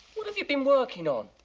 what have you been working on?